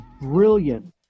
brilliant